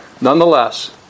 Nonetheless